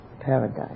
paradise